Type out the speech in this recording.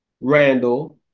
Randall